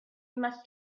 must